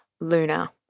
Luna